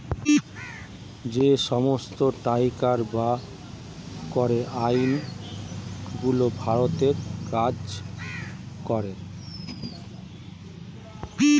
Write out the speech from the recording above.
যে সমস্ত ট্যাক্সের বা করের আইন গুলো ভারতে কাজ করে